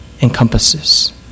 encompasses